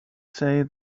say